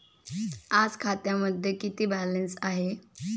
आज खात्यामध्ये किती बॅलन्स आहे?